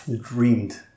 dreamed